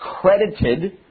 credited